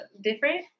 different